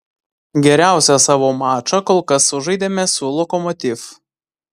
geriausią savo mačą kol kas sužaidėme su lokomotiv